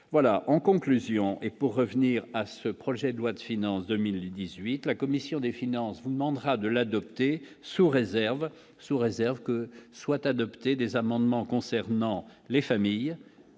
voilà en conclusion et pour revenir à ce projet de loi de finances 2018, la commission des finances vous demandera de l'adopter, sous réserve, sous réserve que soient adopté des amendements concernant les familles